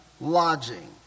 lodging